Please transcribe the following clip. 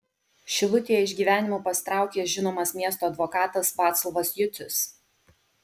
šilutėje iš gyvenimo pasitraukė žinomas miesto advokatas vaclovas jucius